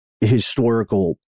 historical